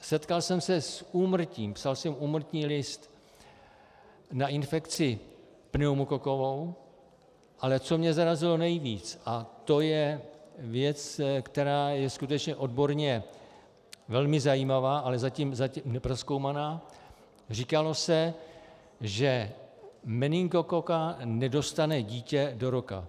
Setkal jsem se s úmrtím, psal jsem úmrtní list na infekci pneumokokovou, ale co mě zarazilo nejvíc, to je věc, která je skutečně odborně velmi zajímavá, ale zatím neprozkoumaná říkalo se, že meningokoka nedostane dítě do roka.